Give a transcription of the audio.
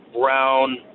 brown